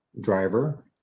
driver